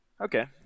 Okay